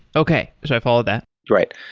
okay, so i follow that great.